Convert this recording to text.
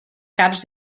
caps